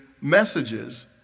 messages